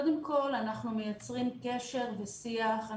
קודם כול, אנחנו מייצרים קשר ושיח.